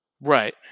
Right